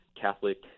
Catholic